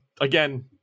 again